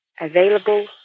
available